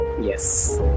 Yes